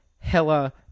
hella